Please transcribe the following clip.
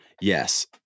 Yes